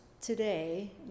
today